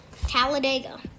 Talladega